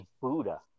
Buddha